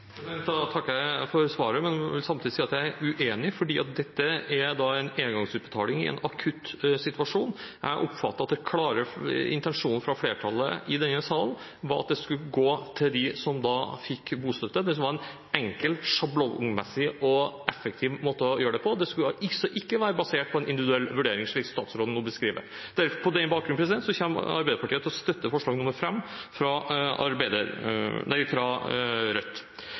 Da takker jeg for svaret, men jeg vil samtidig si at jeg er uenig, fordi dette er en engangsutbetaling i en akutt situasjon. Jeg oppfatter at den klare intensjonen fra flertallet i denne salen var at det skulle gå til dem som fikk bostøtte. Det var en enkel, sjablongmessig og effektiv måte å gjøre det på. Det skulle altså ikke være basert på en individuell vurdering, slik statsråden nå beskriver det. På den bakgrunn kommer Arbeiderpartiet til å støtte forslag nr. 5, fra